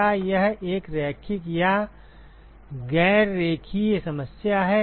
क्या यह एक रैखिक या गैर रेखीय समस्या है